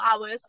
hours